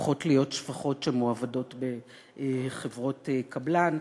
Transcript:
הופכות להיות שפחות שמועבדות בחברות קבלן.